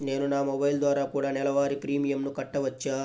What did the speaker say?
నేను నా మొబైల్ ద్వారా కూడ నెల వారి ప్రీమియంను కట్టావచ్చా?